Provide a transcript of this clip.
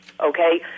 okay